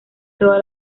toda